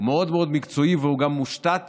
הוא מאוד מאוד מקצועי והוא גם מושתת